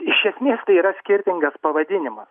iš esmės tai yra skirtingas pavadinimas